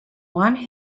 one